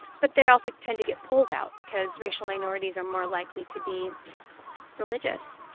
but they also tend to get pulled out because racial minorities are more likely to be religious.